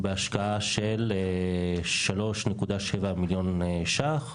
בהשקעה של 3.7 מיליון ש"ח.